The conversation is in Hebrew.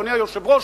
אדוני היושב-ראש,